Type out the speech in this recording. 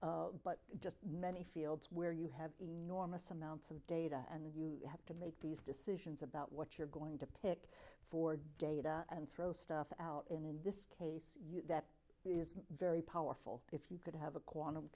course but just many fields where you have enormous amounts of data and you have to make these decisions about what you're going to pick for data and throw stuff out in this case that is very powerful if you could have a quantum